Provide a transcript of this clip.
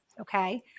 okay